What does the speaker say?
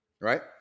Right